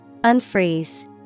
Unfreeze